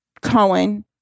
Cohen